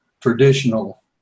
traditional